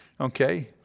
Okay